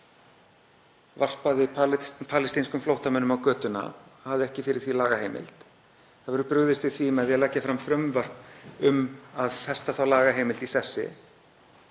varpaði palestínskum flóttamönnum á götuna en hafði ekki fyrir því lagaheimild. Það verður brugðist við því með því að leggja fram frumvarp um að festa þá lagaheimild í sessi.